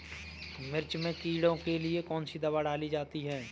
मिर्च में कीड़ों के लिए कौनसी दावा डाली जाती है?